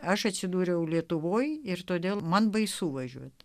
aš atsidūriau lietuvoje ir todėl man baisu važiuoti